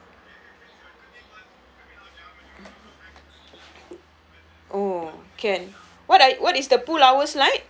oh can what I what is the pool hours like